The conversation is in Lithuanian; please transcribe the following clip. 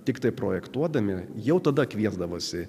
tiktai projektuodami jau tada kviesdavosi